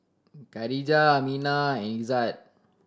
Khadija Aminah Izzat